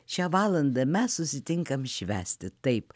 šią valandą mes susitinkam švęsti taip